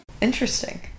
Interesting